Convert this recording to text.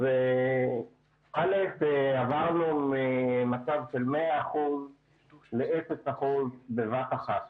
א', עברנו ממצב של 100% ל-0% בבת אחת.